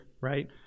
right